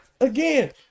again